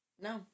No